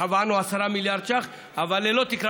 קבענו 10 מיליארד שקלים אבל ללא תקרה.